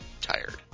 tired